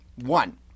One